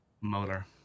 molar